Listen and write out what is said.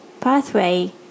pathway